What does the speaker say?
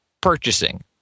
purchasing